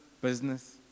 business